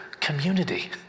community